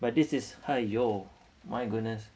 but this is !haiyo! my goodness